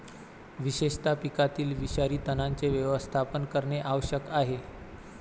विशेषतः पिकातील विषारी तणांचे व्यवस्थापन करणे आवश्यक आहे